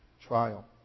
trial